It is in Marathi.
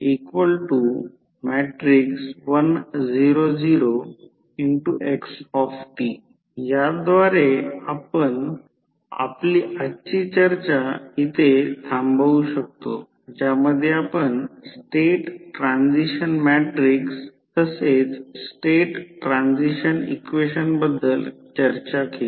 ytx1t1 00 x याद्वारे आपण आपली आजची चर्चा इथे थांबवू शकतो ज्यामध्ये आपण स्टेट ट्रान्सिशन मॅट्रिक्स तसेच स्टेट ट्रान्सिशन इक्वेशन बद्दल चर्चा केली